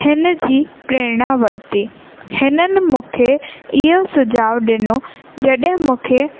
हिन जी प्रेरणा वरिती हिननि मूंखे इहो सुझाव ॾिनो जॾहिं मूंखे